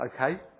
okay